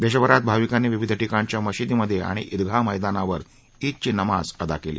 देशभरात भाविकांनी विविध ठिकाणच्या मशिदींमधे आणि ईदगाह मैदानावर ईदची नमाज अदा केली